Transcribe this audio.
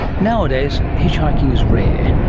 nowadays hitchhiking is rare.